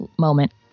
Moment